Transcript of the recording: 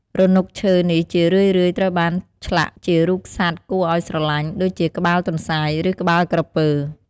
រនុកឈើនេះជារឿយៗត្រូវបានឆ្លាក់ជារូបសត្វគួរឲ្យស្រឡាញ់ ដូចជាក្បាលទន្សាយ ឬក្បាលក្រពើ។